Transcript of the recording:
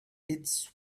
its